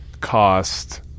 cost